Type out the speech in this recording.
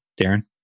Darren